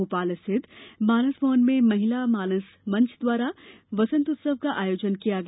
भोपाल स्थित मानस भवन में महिला मानस मंच द्वारा बसंत उत्सव का आयोजन किया गया